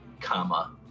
comma